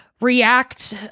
React